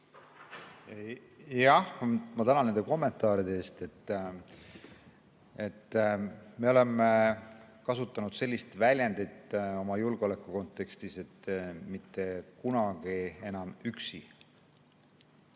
Ma tänan nende kommentaaride eest! Me oleme kasutanud sellist väljendit oma julgeoleku kontekstis: mitte kunagi enam üksi.